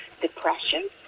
depression